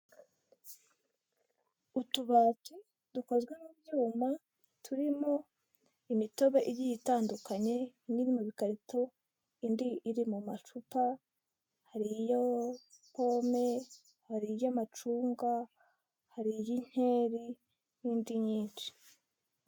Utubati dukozwe mu byuma turimo imitobe igiye itandukanye imwe iri mu bikarito indi iri mu macupa hari iya pome hari iy'amacunga hari iy'inkeri n'indi nyinshi.